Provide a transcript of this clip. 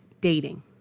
dating